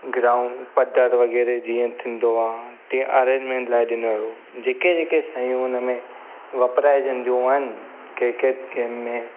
ground पधरि वग़ैरह थींदो आ तीअं अरेंजमेंट लाइ ॾिनियलु हुओ जेके जेके शयूं उन में वापिरंदियूं आहिनि क्रिकेट गेम में